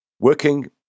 Working